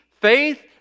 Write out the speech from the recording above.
faith